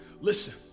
listen